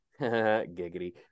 giggity